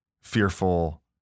fearful